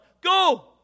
Go